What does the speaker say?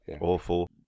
awful